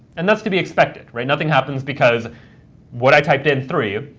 and that's to be expected, right. nothing happens because what i typed in, three,